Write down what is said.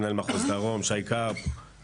מנהל מחוז דרום ברשות מקרקעי ישראל,